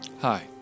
Hi